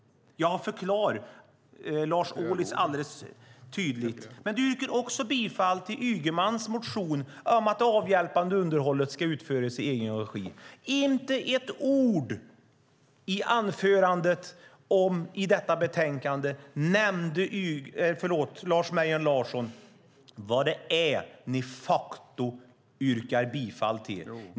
Lars Ohlys motion har jag förklarat tydligt. Du yrkar också bifall till Ygemans motion om att det avhjälpande underhållet ska utföras i egen regi. Inte med ett ord nämnde Lars Mejern Larsson i anförandet vad det är ni de facto yrkar bifall till.